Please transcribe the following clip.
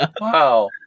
Wow